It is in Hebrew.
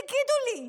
תגידו לי,